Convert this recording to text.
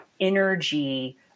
energy